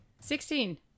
Sixteen